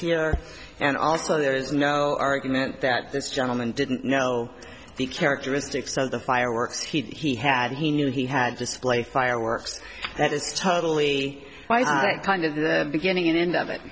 here and also there is no argument that this gentleman didn't know the characteristics of the fireworks he had he knew he had display fireworks that is totally kind of the beginning and end of it